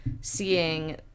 seeing